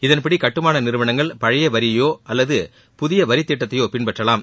இதன்படி கட்டுமான நிறுவனங்கள் பழைய வரியையோ அல்லது புதிய வரி திட்டத்தையோ பின்பற்றலாம்